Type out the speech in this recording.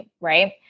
right